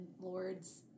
lords